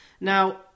Now